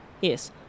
Yes